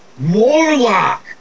Warlock